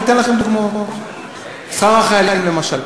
אני אתן לכם דוגמאות, שכר החיילים, למשל.